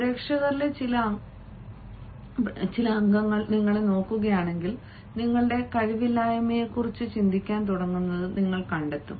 പ്രേക്ഷകരിലെ ചില അംഗങ്ങൾ നിങ്ങളെ നോക്കുകയാണെങ്കിൽ നിങ്ങളുടെ കഴിവില്ലായ്മയെക്കുറിച്ച് ചിന്തിക്കാൻ തുടങ്ങുന്നത് നിങ്ങൾ കണ്ടെത്തും